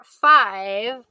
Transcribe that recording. five